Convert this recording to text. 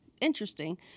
interesting